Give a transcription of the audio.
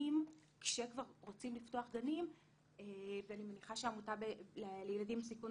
כשכבר רוצים לפתוח גנים - אני מניחה שהעמותה לילדים בסיכון